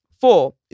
Four